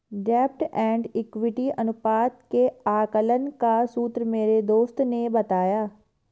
डेब्ट and equity अनुपात के आकलन का सूत्र मेरे मित्र ने बताया